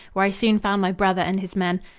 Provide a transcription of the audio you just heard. where i soon found my brother and his men.